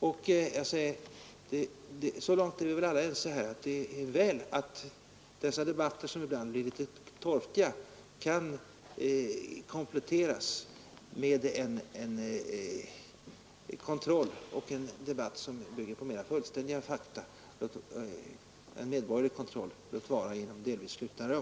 Vi är väl ense om att det är bra att dessa debatter, som ibland blir något torftiga, kan kompletteras med en debatt som bygger på mera fullständiga fakta och på en medborgerlig kontroll, låt vara inom slutna rum.